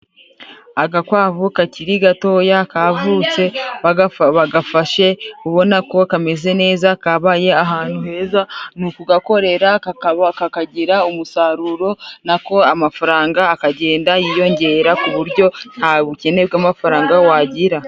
Agakwavu kakiri gatoya kavutse, bagafashe ubona ko kameze neza. Kabaye ahantu heza ni ukugakorera kakagira umusaruro na ko amafaranga akagenda yiyongera, ku buryo nta bukene bw'amafaranga wagira.